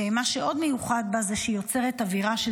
ומה שעוד מיוחד בה זה שהיא יוצרת אווירה של